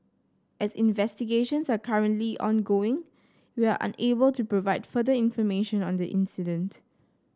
as investigations are currently ongoing we are unable to provide further information on the incident